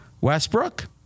Westbrook